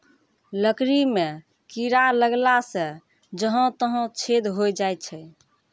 लकड़ी म कीड़ा लगला सें जहां तहां छेद होय जाय छै